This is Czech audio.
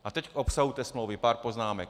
A teď k obsahu té smlouvy, pár poznámek.